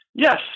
Yes